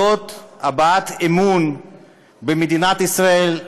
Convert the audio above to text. זאת הבעת אמון במדינת ישראל,